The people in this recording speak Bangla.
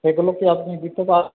সেগুলো কি আপনি দিতে পার